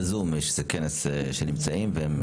בזום, יש איזה כנס שהם נמצאים בו.